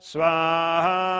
Swaha